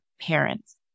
parents